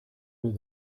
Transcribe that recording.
what